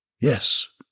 Yes